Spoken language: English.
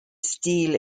steal